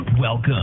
Welcome